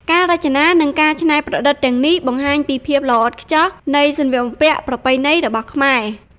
ការរចនានិងការច្នៃប្រឌិតទាំងនេះ បង្ហាញពី ភាពល្អឥតខ្ចោះនៃសម្លៀកបំពាក់ប្រពៃណី របស់ខ្មែរ។